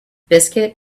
biscuit